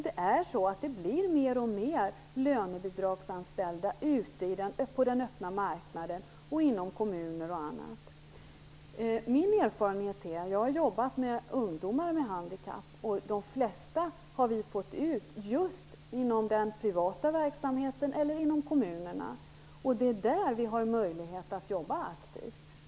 Det blir fler och fler lönebidragsanställda ute på den öppna marknaden, inom kommuner och på annat håll. Jag har jobbat med ungdomar med handikapp. De flesta har vi fått ut just inom den privata verksamheten eller inom kommunerna. Det är där vi har möjlighet att jobba aktivt.